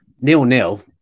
Nil-nil